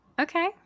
okay